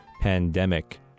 Pandemic